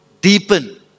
deepen